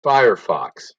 firefox